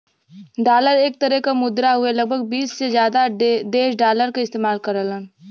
dollar एक तरे क मुद्रा हउवे लगभग बीस से जादा देश डॉलर क इस्तेमाल करेलन